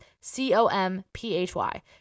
c-o-m-p-h-y